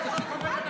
כבוד השר.